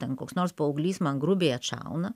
ten koks nors paauglys man grubiai atšauna